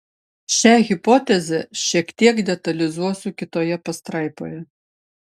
šią hipotezę šiek tiek detalizuosiu kitoje pastraipoje